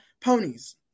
ponies